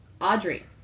Audrey